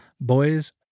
boys